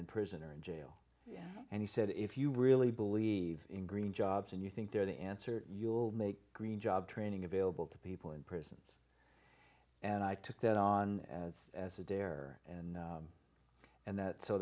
in prison or in jail and he said if you really believe in green jobs and you think they're the answer you'll make green job training available to people in prisons and i took that on as a dare and